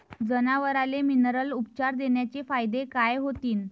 जनावराले मिनरल उपचार देण्याचे फायदे काय होतीन?